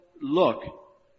look